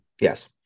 yes